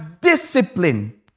discipline